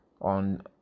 on